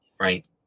right